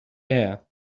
air